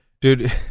Dude